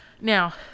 Now